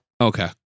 Okay